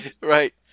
right